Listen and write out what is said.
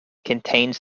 contains